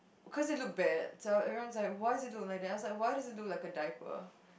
because it's looks bad so everyone like why does it looks like that I was like why does it looks like a diaper